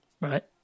right